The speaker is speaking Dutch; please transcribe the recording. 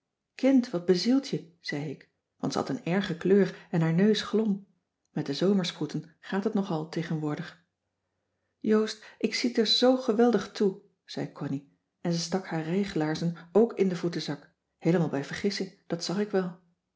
kind wat bezielt je zei ik want ze had een erge kleur en haar neus glom met de zomersproeten gaat het nogal tegenwoordig joost ik zit er zoo geweldig toe zei connie en ze stak haar rijglaarzen ook in den voetenzak heelemaal bij vergissing dat zag ik wel